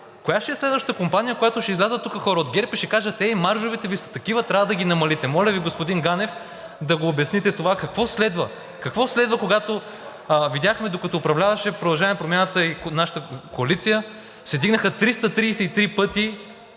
Коя ще е следващата компания, за която ще излязат хора от ГЕРБ и ще кажат: ей, маржовете Ви са такива, трябва да ги намалите? Моля Ви, господин Ганев, да обясните какво следва. Какво следва? Видяхме, докато управляваше „Продължаваме Промяната“ и нашата коалиция, се вдигнаха 333 пъти